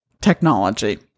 technology